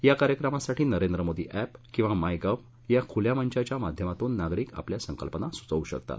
या कार्यक्रमासाठी नरेंद्र मोदी अॅप किंवा मायगव्ह या खुल्या मंचाच्या माध्यमातून नागरिक आपल्या संकल्पना सुचवू शकतात